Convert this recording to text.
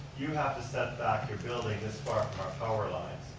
you have to setback your building this power lines.